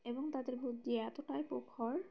এবং তাদের বুদ্ধি এতটাই প্রখর